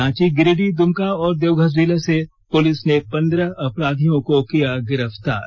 रांची गिरिडीह दुमका और देवघर जिले से पुलिस ने पंद्रह अपराधियों को किया गिरफ्तार